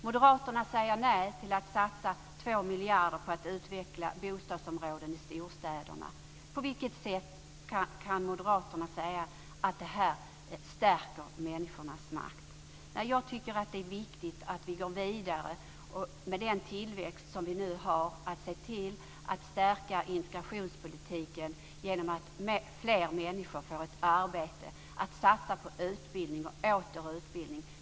Moderaterna säger nej till att satsa 2 miljarder på att utveckla bostadsområdena i storstäderna. På vilket sätt kan moderaterna säga att det stärker människornas makt? Jag tycker att det är viktigt att vi går vidare med den tillväxt vi nu har. Det är viktigt att se till att stärka integrationspolitiken genom att fler människor får ett arbete, att se till att satsa på utbildning och åter utbildning.